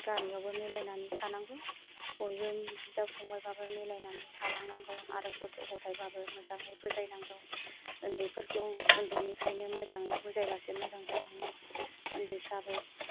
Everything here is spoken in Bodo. गामियावबो मिलायनानै थानांगौ बयबो बिदा फंबायबाबो मिलायनानै थालांनांगौ आरो गथ' गथायबाबो मोजाङै बुजायनांगौ उन्दैफोरखौ उन्दैनिफ्रायनो मोजाङै बुजायबासो मोजां जालाङो उन्दैफ्राबो